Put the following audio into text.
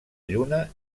lluna